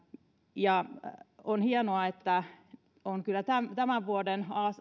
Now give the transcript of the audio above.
on hienoa on kyllä tämän tämän vuoden